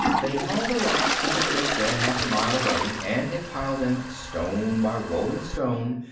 they'd hauled the rocks from the creek bed half a mile away and had piled them, stone by rolling stone,